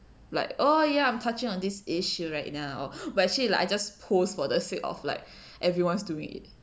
like oh ya I'm touching on this issue right now but actually like I just post for the sake of like everyone's doing it